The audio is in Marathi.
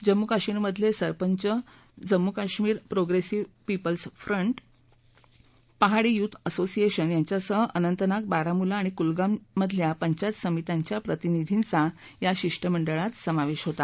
जम्मू कश्मीरमधले sarpanch Jammu Kashmir progressive people's front Pahadi youth association यांच्यासह अनंतनाग बारामुला आणि कुलगाममधल्या पंचायत समित्यांच्या प्रतिनिधींचा या शिष्टमंडळात समावेश होता